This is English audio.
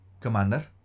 Commander